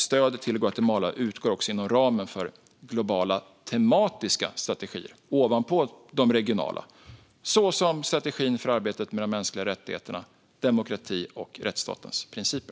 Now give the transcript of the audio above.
Stöd till Guatemala utgår också inom ramen för globala tematiska strategier, ovanpå de regionala, såsom strategin för arbetet med de mänskliga rättigheterna, demokrati och rättsstatens principer.